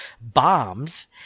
bombs